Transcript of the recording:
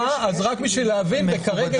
אז כדי להבין, כרגע